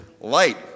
Light